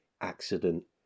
accident